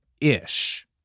ish